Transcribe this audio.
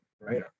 Right